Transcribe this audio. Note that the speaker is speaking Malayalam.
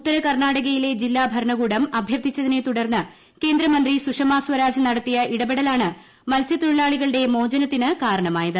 ഉത്തര കർണാടകയിലെ ജില്ലാ ഭരണകൂടം അഭ്യർത്ഥിച്ചതിനെ തുടർന്ന് കേന്ദ്രമന്ത്രി സുഷമാ സ്വരാജ് നടത്തിയ ഇടപെടലാണ് മത്സൃത്തൊഴിലാളികളുടെ മോചനത്തിന് കാരണമായത്